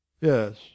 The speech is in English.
Yes